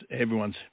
everyone's